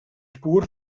spur